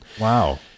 Wow